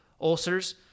ulcers